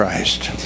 Christ